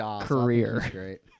career